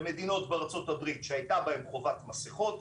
במדינות בארצות הברית שהייתה בהן חובת מסיכות,